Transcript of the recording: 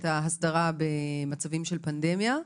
את ההסדרה במצבים של פנדמיה.